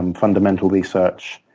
um fundamental research,